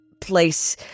place